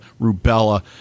rubella